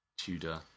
Tudor